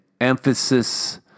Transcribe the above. emphasis